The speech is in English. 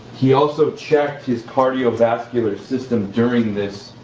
he also checked his cardiovascular system during this